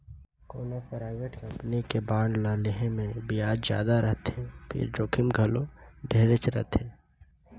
कोनो private company के bond ल लेहे मे बियाज जादा रथे फिर जोखिम घलो ढेरेच रथे